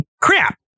Crap